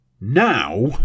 Now